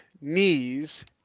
knees